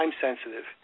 time-sensitive